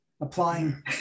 applying